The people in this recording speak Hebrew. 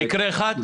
ואתה --- מקרה אחד?